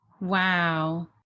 Wow